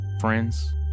Friends